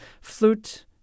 Flute